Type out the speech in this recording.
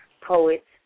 poets